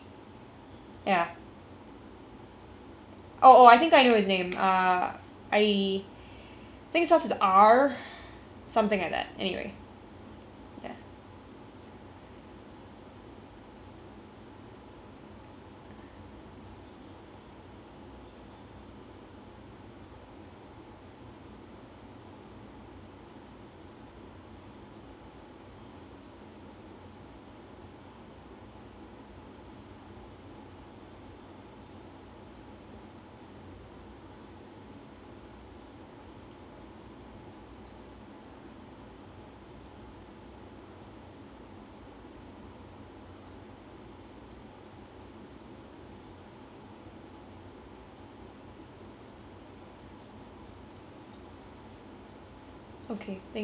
oh oh I think I knew his name uh I think starts with R something like tat anyway ya okay thank you bye bye